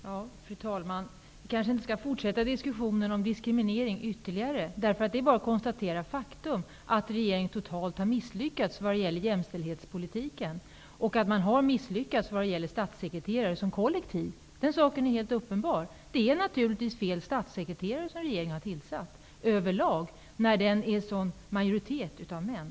Fru talman! Jag kanske inte skall fortsätta att diskutera frågan om diskriminering ytterligare. Det är bara att konstatera faktum, dvs. att regeringen totalt har misslyckats med jämställdhetspolitiken. Man har också misslyckats vid valet av statssekreterare som kollektiv. Det är helt uppenbart. Det är naturligtvis överlag fel statssekreterare som regeringen har tillsatt, eftersom det är en så klar majoritet av män.